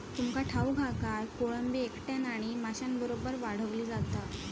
तुमका ठाऊक हा काय, कोळंबी एकट्यानं आणि माशांबरोबर वाढवली जाता